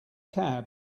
cab